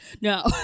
No